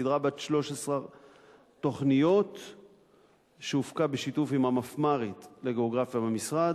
סדרה בת 13 תוכניות שהופקה בשיתוף עם המפמ"רית לגיאוגרפיה במשרד,